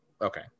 Okay